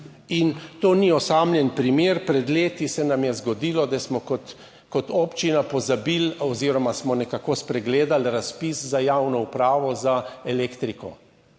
In to ni osamljen primer. Pred leti se nam je zgodilo, da smo kot občina pozabili oziroma smo nekako spregledali razpis za javno upravo za elektriko